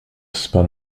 spun